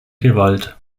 gewalt